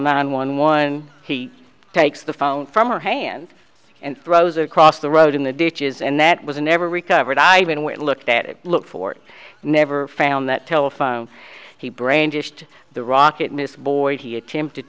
nine one one he takes the phone from her hand and throws across the road in the ditches and that was never recovered i even went looked at it look for it never found that telephone he brandished the rocket missed boy he attempted